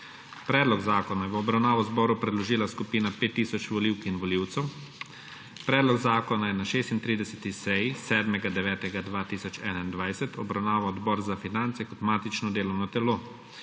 Predlog zakona je v obravnavo zboru predložila skupina 5 tisoč volivk in volivcev. Predlog zakona je na 36. seji 7. 9. 2021 obravnaval Odbor za finance kot matično delovno telo.